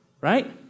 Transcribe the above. Right